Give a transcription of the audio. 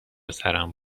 سرم